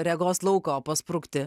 regos lauko pasprukti